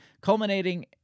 culminating